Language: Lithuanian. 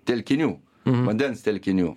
telkinių vandens telkinių